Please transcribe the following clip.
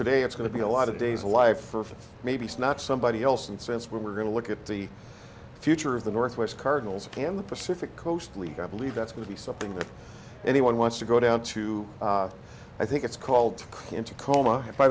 today it's going to be a lot of days life for maybe not somebody else and since we're going to look at the future of the northwest cardinals and the pacific coast league i believe that's going to be something that anyone wants to go down to i think it's called into coma